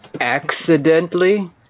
Accidentally